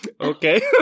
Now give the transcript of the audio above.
okay